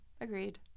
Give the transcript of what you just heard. Agreed